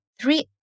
three